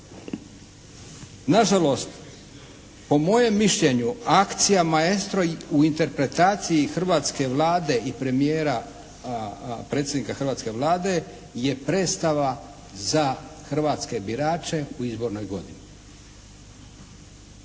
Nažalost po mojem mišljenju akcija "Maestro" u interpretaciji hrvatske Vlade i premijera, predsjednika hrvatske Vlade je prestala za hrvatske birače u izbornoj godini.